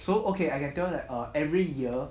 so okay I can tell that err every year